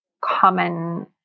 common